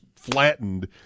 flattened